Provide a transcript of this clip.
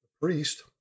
priest